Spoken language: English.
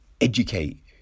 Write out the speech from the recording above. educate